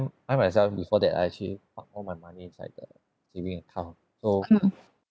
I myself before that I actually park all my money inside the saving account so